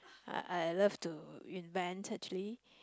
I I love to invent actually